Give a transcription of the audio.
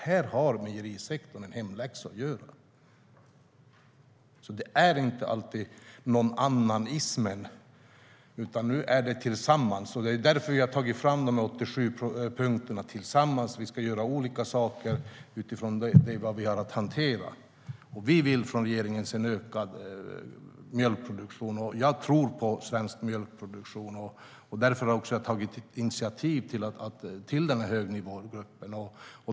Här har mejerisektorn en hemläxa att göra. Det är inte alltid nånannanismen, utan nu är det tillsammans som gäller. Därför har vi tagit fram de 87 punkterna. Det är saker vi ska göra tillsammans. Det är olika saker vi har att hantera. Från regeringen vill vi se en ökad mjölkproduktion. Jag tror på svensk mjölkproduktion, och därför har jag också tagit initiativ till högnivågruppen.